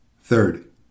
Third